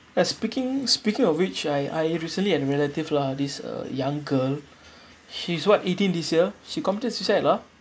ya speaking speaking of which I I recently at a relative lah this uh young girl she's what eighteen this year she committed suicide lah